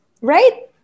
right